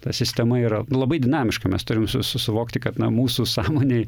ta sistema yra labai dinamiška mes turim su susivokti kad mūsų sąmonėj